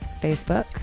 Facebook